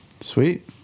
sweet